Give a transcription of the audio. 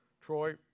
Troy